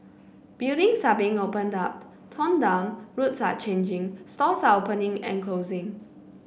buildings are being opened up torn down roads are changing stores are opening and closing